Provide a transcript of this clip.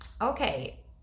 okay